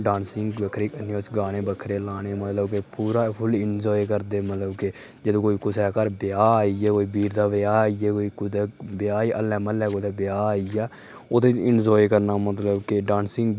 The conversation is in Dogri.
डांसिंग बक्खरी करनी उस गाने बक्खरे लाने मतलब की पूरा फुल एन्जॉय करदे मतलब की जदुं कोई कुसै घर ब्याह् आइया कोई बीर दा ब्याह् आइया कोई कुदै ब्याह् ई अल्ले म्ह्ल्ले कुदै ब्याह् आइया ओह्दे च एन्जॉय करना मतलब कि डांसिंग